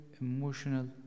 emotional